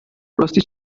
راستی